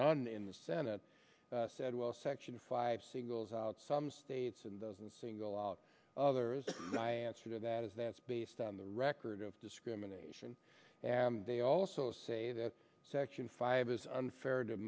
none in the senate said well section five singles out some states in the single out others answer that is that's based on the record of discrimination and they also say that section five is unfair to